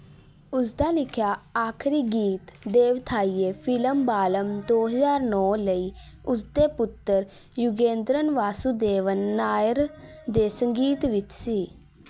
ਉਸਦਾ ਲਿਖਿਆ ਆਖਰੀ ਗੀਤ ਦੇਵਥਾਈਏ ਫਿਲਮ ਬਾਲਮ ਦੋ ਹਜ਼ਾਰ ਨੌ ਲਈ ਉਸਦੇ ਪੁੱਤਰ ਯੁਗੇਂਦਰਨ ਵਾਸੁਦੇਵਨ ਨਾਇਰ ਦੇ ਸੰਗੀਤ ਵਿੱਚ ਸੀ